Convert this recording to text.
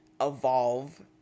evolve